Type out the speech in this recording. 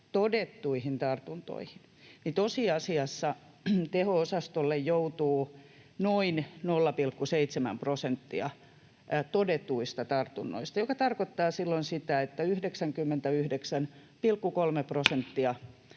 todettuihin tartuntoihin, niin tosiasiassa teho-osastolle joutuu noin 0,7 prosenttia todetuista tartunnoista, mikä tarkoittaa silloin sitä, että 99,3 prosenttia